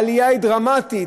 העלייה היא דרמטית,